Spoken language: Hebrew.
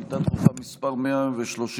שאילתה דחופה מס' 130,